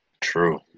true